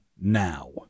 now